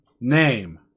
name